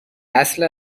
اصل